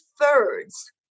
thirds